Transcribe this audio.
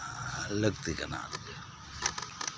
ᱞᱟᱹᱠᱛᱤ ᱠᱟᱱᱟ